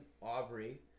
Aubrey